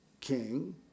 king